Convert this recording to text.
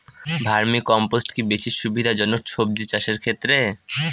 Vermi compost কি বেশী সুবিধা জনক সবজি চাষের ক্ষেত্রে?